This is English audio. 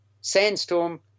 Sandstorm